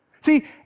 See